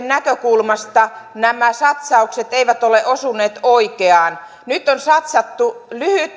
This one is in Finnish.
näkökulmasta nämä satsaukset eivät ole osuneet oikeaan nyt on satsattu